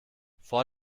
vor